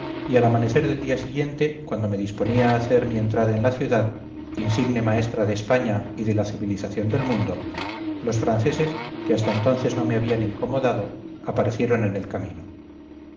y al amanecer del día siguiente cuando me disponía a hacer mi entrada en la ciudad insigne maestra de españa y de la civilización del mundo los franceses que hasta entonces no me habían incomodado aparecieron en el camino